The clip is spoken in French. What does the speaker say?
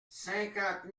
cinquante